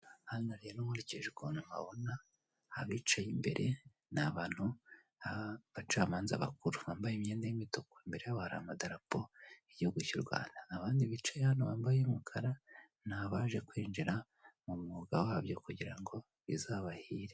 Hano rero nkurikije ukuntu mpabona, abicaye imbere n'abantu b'abacamanza bakuru bambaye imyenda y'umutuku imbere yabo hari amadarapo y'igihugu cy'u Rwanda, abandi bicaye hano bambaye iy'umukara n'abaje kwinjira mu mwuga wabyo kugirango bizabahire.